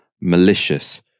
malicious